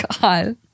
God